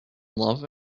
love